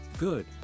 Good